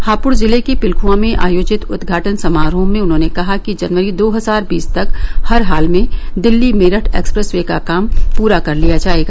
हापुड जिले के पिलखुवा में आयोजित उदघाटन समारोह में उन्होंने कहा कि जनवरी दो हजार बीस तक हर हाल में दिल्ली मेरठ एक्सप्रेस वे का काम पूरा कर लिया जाएगा